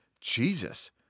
Jesus